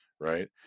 right